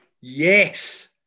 Yes